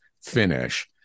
finish